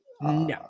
no